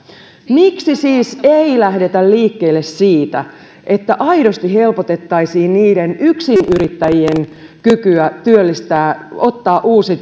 miksi siis ei lähdetä liikkeelle siitä että aidosti helpotettaisiin niiden yksinyrittäjien kykyä työllistää ottaa uusi